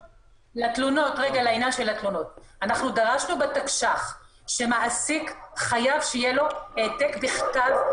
לעניין של התלונות דרשנו בתקש"ח שמעסיק חייב שיהיה לו היתר בכתב.